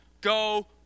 Go